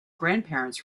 grandparents